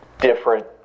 different